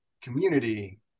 community